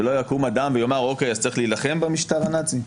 שלא יקום אדם ויאמר: צריך להילחם במשטר הנאצי?